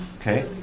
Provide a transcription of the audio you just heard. Okay